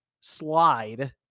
slide